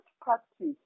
practice